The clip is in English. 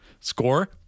score